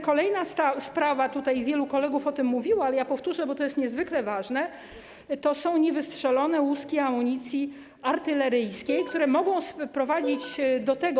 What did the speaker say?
Kolejna sprawa - wielu kolegów o tym mówiło, ale ja to powtórzę, bo to jest niezwykle ważne - to są niewystrzelone łuski amunicji artyleryjskiej, które mogą prowadzić do tego.